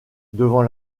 devant